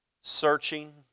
searching